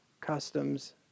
customs